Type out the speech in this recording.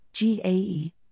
GAE